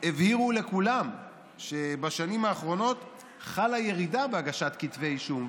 הבהירו לכולם שבשנים האחרונות חלה ירידה בהגשת כתבי אישום.